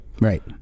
Right